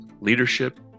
leadership